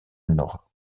nord